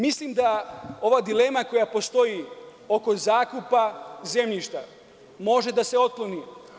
Mislim da ova dilema, koja postoji oko zakupa zemljišta, može da se otkloni.